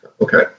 Okay